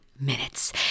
minutes